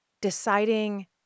Deciding